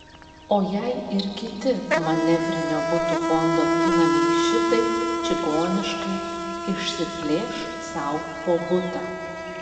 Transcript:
o jei ir kiti manevrinio butų fondo įnamiai šitaip čigoniškai išsiplėš sau po butą